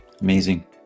Amazing